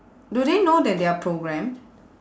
do they know that they are programmed